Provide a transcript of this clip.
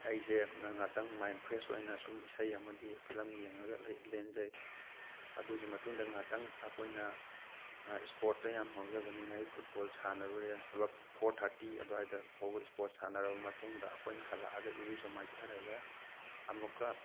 ꯑꯩꯁꯦ ꯉꯥꯛꯇꯡ mind fresh ꯑꯣꯏꯅ ꯁꯨꯝ ꯏꯁꯩ ꯑꯃꯗꯤ ꯐꯤꯂꯝ ꯌꯦꯡꯉꯒ ꯂꯦꯟꯖꯩ ꯑꯗꯨꯒꯤ ꯃꯇꯨꯡꯗ ꯉꯥꯛꯇꯡ ꯑꯩꯈꯣꯏꯅ ꯏꯁꯄꯣꯔꯠꯇ ꯌꯥꯝꯅ ꯉꯥꯎꯖꯕꯅꯤꯅ ꯑꯩ ꯐꯨꯠꯕꯣꯜ ꯁꯥꯟꯅꯔꯨꯔꯦ ꯑꯗꯨꯒ ꯐꯣꯔ ꯊꯥꯔꯇꯤ ꯑꯗꯨꯋꯥꯏꯗ ꯐꯥꯎꯕ ꯏꯁꯄꯣꯔꯠ ꯁꯥꯟꯅꯔꯕ ꯃꯇꯨꯡꯗ ꯑꯩꯈꯣꯏꯅ ꯍꯂꯛꯑꯒ ꯏꯔꯨꯖ ꯃꯥꯏꯊꯖꯔꯒ ꯑꯃꯨꯛꯀ